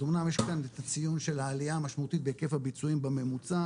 אז אמנם יש כאן את הציון של העליה המשמעותית בהיקף הביצועים בממוצע,